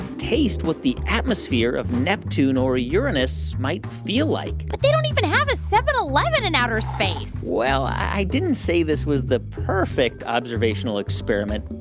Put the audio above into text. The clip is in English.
taste what the atmosphere of neptune or uranus might feel like but they don't even have a seven eleven in outer space well, i didn't say this was the perfect observational experiment,